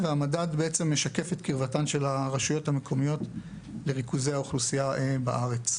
והמדד משקף את קרבתן של הרשויות המקומיות לריכוזי האוכלוסייה בארץ.